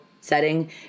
setting